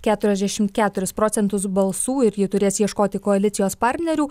keturiasdešim keturis procentus balsų ir ji turės ieškoti koalicijos partnerių